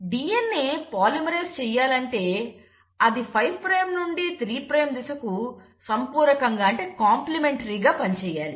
DNA polymerase చెయ్యాలంటే అది 5 prime నుండి 3 ప్రైమ్ దిశకు సంపూరకంగా పని చేయాలి